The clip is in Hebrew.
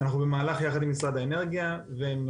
אנחנו במהלך יחד עם משרד האנרגיה ועם